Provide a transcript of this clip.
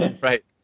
Right